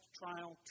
trial